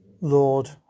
Lord